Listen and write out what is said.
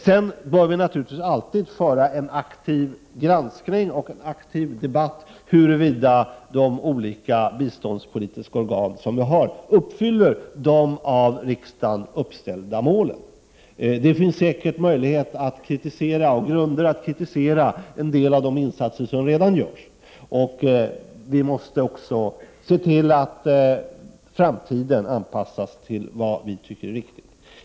Det bör naturligtvis alltid ske en aktiv granskning och föras en debatt om huruvida de olika biståndspolitiska organen uppfyller de av riksdagen uppställda målen. Det finns säkert grunder för att kritisera en del av de insatser som redan har gjorts. Arbetet måste också i framtiden anpassas till det som anses vara riktigt.